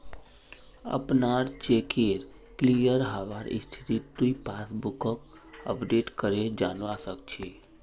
अपनार चेकेर क्लियर हबार स्थितिक तुइ पासबुकक अपडेट करे जानवा सक छी